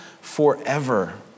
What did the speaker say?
forever